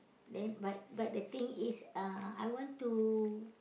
then but but the thing is uh I want to